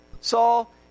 Saul